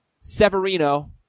Severino